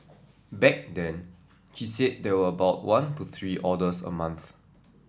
back then she said there were about one to three orders a month